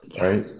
Right